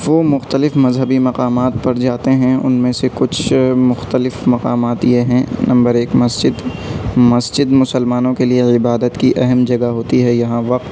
وہ مختلف مذہبی مقامات پر جاتے ہیں ان میں سے کچھ مختلف مقامات یہ ہیں نمبر ایک مسجد مسجد مسلمانوں کے لیے عبادت کی اہم جگہ ہوتی ہے یہاں وقت